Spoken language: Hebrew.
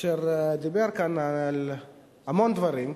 אשר דיבר כאן על המון דברים.